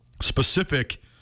specific